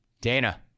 Dana